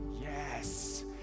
Yes